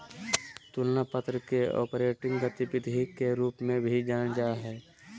तुलना पत्र के ऑपरेटिंग गतिविधि के रूप में भी जानल जा हइ